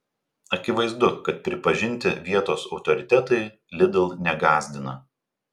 akivaizdu kad pripažinti vietos autoritetai lidl negąsdina